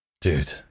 Dude